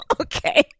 Okay